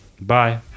Bye